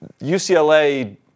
UCLA